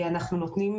שנתי.